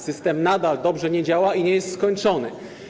System nadal dobrze nie działa i nie jest skończony.